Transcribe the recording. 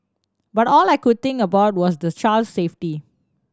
but all I could think about was the child's safety